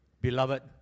beloved